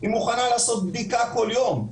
היא מוכנה לעשות בדיקה כל יום,